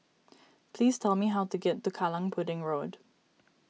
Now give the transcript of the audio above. please tell me how to get to Kallang Pudding Road